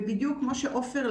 ובדיוק כמו שעפר,